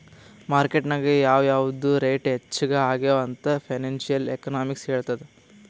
market ನಾಗ್ ಯಾವ್ ಯಾವ್ದು ರೇಟ್ ಹೆಚ್ಚ ಆಗ್ಯವ ಅಂತ್ ಫೈನಾನ್ಸಿಯಲ್ ಎಕನಾಮಿಕ್ಸ್ ಹೆಳ್ತುದ್